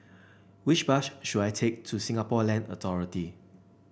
which bus should I take to Singapore Land Authority